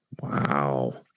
Wow